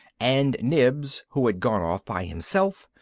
and nibs, who had gone off by himself,